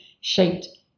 shaped